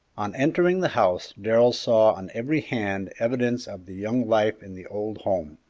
on entering the house darrell saw on every hand evidences of the young life in the old home.